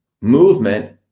movement